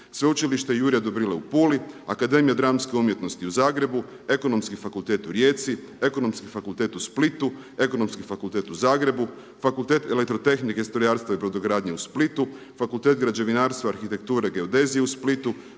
Sveučilište Jurja Dobrile u Puli, Akademija dramske umjetnosti u Zagrebu, Ekonomski fakultet u Rijeci, Ekonomski fakultet u Splitu, Ekonomski fakultet u Zagreb, Fakultet elektrotehnike, strojarstva i brodogradnje u Splitu, Fakultet građevinarstva, arhitekture i geodezije u Splitu,